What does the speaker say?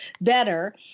better